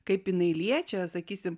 kaip jinai liečia sakysim